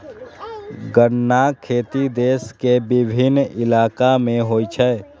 गन्नाक खेती देश के विभिन्न इलाका मे होइ छै